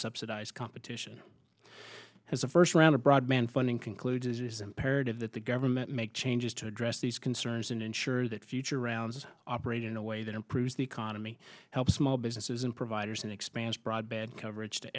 subsidized competition as a first round of broadband funding concluded parroted that the government make changes to address these concerns and ensure that future rounds operate in a way that improves the economy help small businesses and providers and expands broadband coverage to